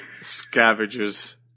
scavengers